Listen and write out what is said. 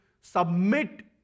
submit